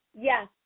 yes